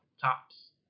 tops